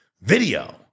video